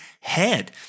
head